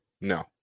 No